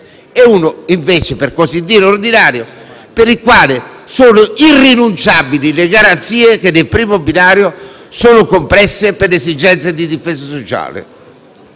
e uno, invece, per così dire ordinario, per il quale sono irrinunciabili le garanzie che nel primo binario sono compresse per esigenze di difesa sociale.